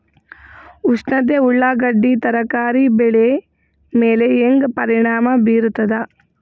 ಉಷ್ಣತೆ ಉಳ್ಳಾಗಡ್ಡಿ ತರಕಾರಿ ಬೆಳೆ ಮೇಲೆ ಹೇಂಗ ಪರಿಣಾಮ ಬೀರತದ?